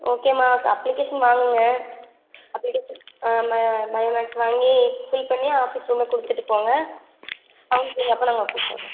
ஓகேமா அப் அப்ளிகேஷன் வாங்குங்க அப்ளிகேஷன் ம பையோ மேக்ஸ் வாங்கி ஃபில் பண்ணி ஆஃபிஸ் ரூமில் கொடுத்துட்டு போங்க கவுன்சிலிங் அப்போ நாங்கள் கூப்புடுறோம்